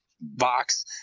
box